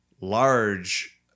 large